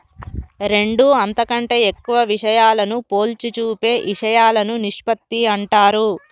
రెండు అంతకంటే ఎక్కువ విషయాలను పోల్చి చూపే ఇషయాలను నిష్పత్తి అంటారు